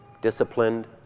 disciplined